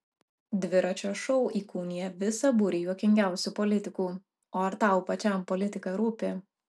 dviračio šou įkūniji visą būrį juokingiausių politikų o ar tau pačiam politika rūpi